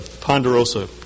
Ponderosa